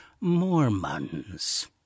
Mormons